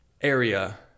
area